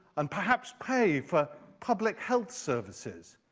and perhaps pay for public health services.